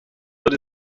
but